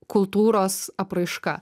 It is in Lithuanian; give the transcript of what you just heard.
kultūros apraiška